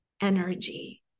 energy